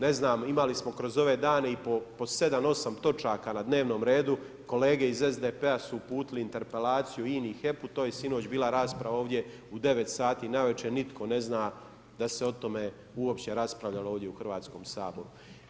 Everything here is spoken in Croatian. Ne znam, imali smo kroz ove dane i po 7, 8 točaka na dnevnom redu, kolege iz SDP-a su uputili interpelaciju INA-i i HEP-u, to je sinoć bila rasprava ovdje u 21h navečer, nitko ne zna da se o tome uopće raspravljalo ovdje u Hrvatskom saboru.